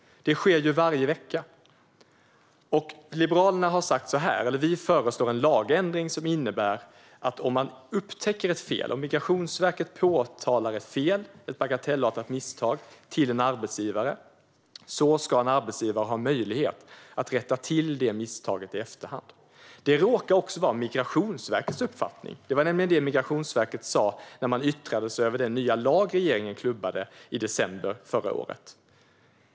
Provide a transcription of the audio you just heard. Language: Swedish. Det sker varje vecka. Liberalerna föreslår en lagändring gällande fall där man upptäcker fel. Om Migrationsverket påtalar ett bagatellartat misstag för en arbetsgivare ska arbetsgivaren ha möjlighet att rätta till det misstaget i efterhand, enligt vårt förslag. Det råkar också vara Migrationsverkets uppfattning. Det var nämligen detta Migrationsverket sa när man yttrade sig över den nya lag regeringen klubbade i december förra året.